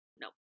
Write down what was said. Nope